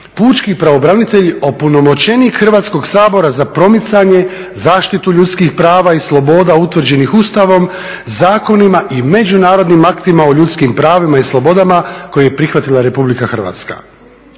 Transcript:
pučki pravobranitelj opunomoćenik Hrvatskog sabora za promicanje, zaštitu ljudskih prava i sloboda utvrđenih Ustavom, zakonima i međunarodnim aktima o ljudskim pravima i slobodama koje je prihvatila Republika Hrvatska.